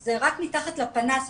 זה רק מתחת לפנס.